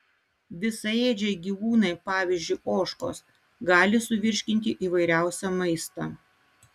visaėdžiai gyvūnai pavyzdžiui ožkos gali suvirškinti įvairiausią maistą